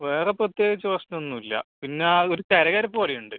വേറെ പ്രത്യേകിച്ച് പ്രശ്നം ഒന്നും ഇല്ല പിന്നെ ഒരു കരകരപ്പ് പോലെ ഉണ്ട്